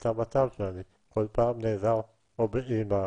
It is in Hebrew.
ויצא מצב שאני כל פעם נעזר או באמא,